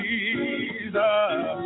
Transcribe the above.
Jesus